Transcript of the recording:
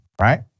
right